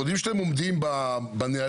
וידוע שהם עומדים בנהלים.